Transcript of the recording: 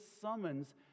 summons